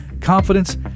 confidence